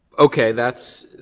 okay, that's.